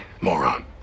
moron